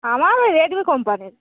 আমার ওই রেডমি কোম্পানির